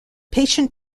patient